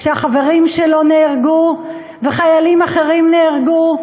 כשהחברים שלו נהרגו וחיילים אחרים נהרגו,